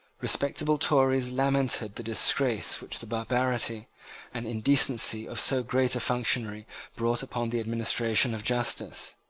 respectable tories lamented the disgrace which the barbarity and indecency of so great a functionary brought upon the administration of justice.